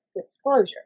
disclosure